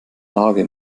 lage